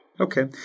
Okay